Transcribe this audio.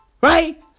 Right